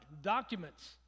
documents